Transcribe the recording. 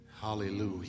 Hallelujah